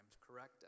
correct